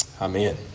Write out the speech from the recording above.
Amen